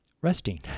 resting